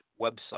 website